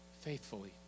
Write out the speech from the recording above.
Faithfully